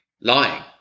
lying